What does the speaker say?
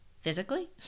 physically